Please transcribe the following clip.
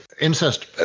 incest